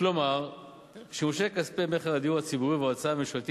כלומר שימושי כספי מכר הדיור הציבורי וההוצאה הממשלתי